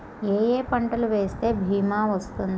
ఏ ఏ పంటలు వేస్తే భీమా వర్తిస్తుంది?